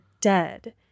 dead